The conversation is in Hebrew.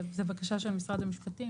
זה בקשה של משרד המשפטים,